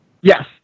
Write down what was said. Yes